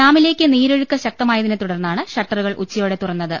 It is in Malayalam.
ഡാമിലേക്ക് നീരൊഴുക്ക് ശക്തമായതിനെ തുടർന്നാണ് ഷട്ടറുകൾ ഉച്ചയോടെ തുറന്നത്